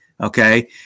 Okay